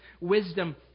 wisdom